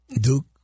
Duke